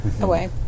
away